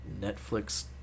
Netflix